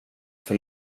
för